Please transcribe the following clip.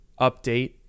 update